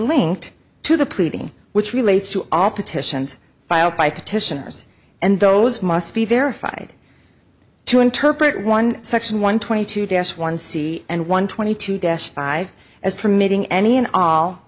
linked to the pleading which relates to all petitions filed by petitioners and those must be verified to interpret one section one twenty two dash one c and one twenty two deaths five as permitting any and all